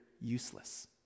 useless